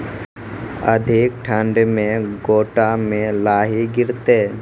अधिक ठंड मे गोटा मे लाही गिरते?